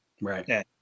Right